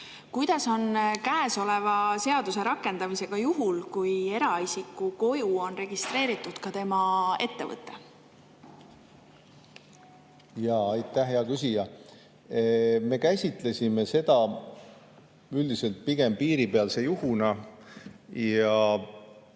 Kuidas on käesoleva seaduse rakendamisega juhul, kui eraisiku koju on registreeritud ka tema ettevõte? Aitäh, hea küsija! Me käsitlesime seda pigem piiripealse juhuna ja